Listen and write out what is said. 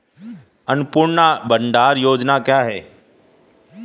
अन्नपूर्णा भंडार योजना क्या है?